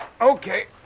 okay